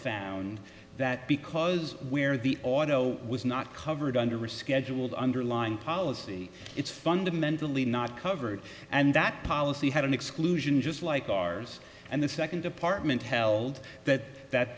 found that because where the auto was not covered under a scheduled underlying policy it's fundamentally not covered and that policy had an exclusion just like ours and the second department held that that